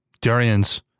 durians